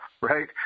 right